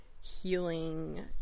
healing